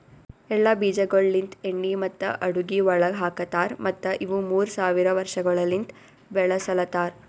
ಎಳ್ಳ ಬೀಜಗೊಳ್ ಲಿಂತ್ ಎಣ್ಣಿ ಮತ್ತ ಅಡುಗಿ ಒಳಗ್ ಹಾಕತಾರ್ ಮತ್ತ ಇವು ಮೂರ್ ಸಾವಿರ ವರ್ಷಗೊಳಲಿಂತ್ ಬೆಳುಸಲತಾರ್